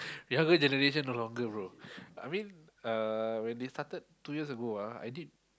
the younger generation no longer bro I mean uh when they started two years ago ah I did